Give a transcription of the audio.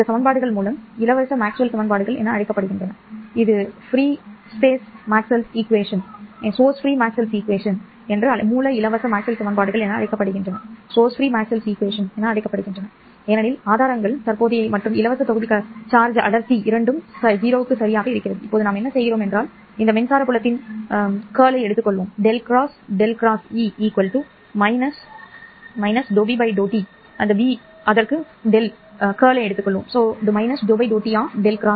இந்த சமன்பாடுகள் மூல இலவச மேக்ஸ்வெல் சமன்பாடுகள் என அழைக்கப்படுகின்றன ஏனெனில் ஆதாரங்கள் தற்போதைய மற்றும் இலவச தொகுதி கட்டண அடர்த்தி இரண்டும் 0 சரிக்கு சமம் இப்போது நாம் என்ன செய்கிறோம் என்றால் இந்த மின்சார புலத்தின் சுருட்டை எடுத்துக்கொள்கிறோம் V × V × E T V ́ B